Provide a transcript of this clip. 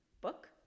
book